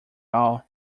all